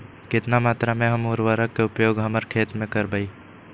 कितना मात्रा में हम उर्वरक के उपयोग हमर खेत में करबई?